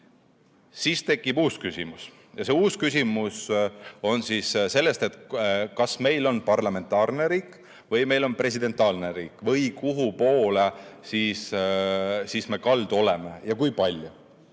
siis tekib uus küsimus – ja see uus küsimus on selles, kas meil on parlamentaarne riik või meil on presidentaalne riik ning kuhupoole me kaldu oleme ja kui palju.